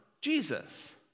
Jesus